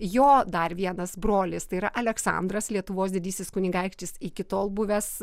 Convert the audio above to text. jo dar vienas brolis tai yra aleksandras lietuvos didysis kunigaikštis iki tol buvęs